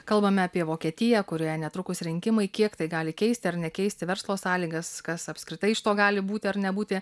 kalbame apie vokietiją kurioje netrukus rinkimai kiek tai gali keisti ar nekeisti verslo sąlygas kas apskritai iš to gali būti ar nebūti